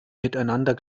miteinander